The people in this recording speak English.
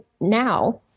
now